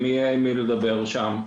אם יהיה עם מי לדבר שם.